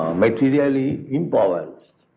materially impoverished.